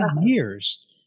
years